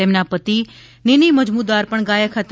તેમના પતિ નીની મજમુદાર પણ ગાયક હતા